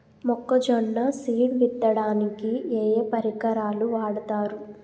మొక్కజొన్న సీడ్ విత్తడానికి ఏ ఏ పరికరాలు వాడతారు?